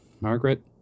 Margaret